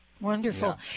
Wonderful